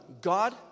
God